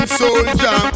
soldier